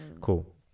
cool